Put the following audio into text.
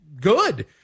good